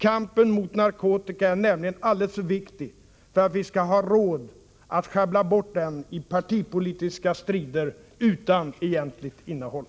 Kampen mot narkotikan är nämligen alldeles för viktig för att vi skall ha råd att schabbla bort den i partipolitiska strider utan egentligt innehåll.